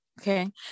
Okay